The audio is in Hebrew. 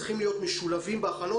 לגבי אוגוסט,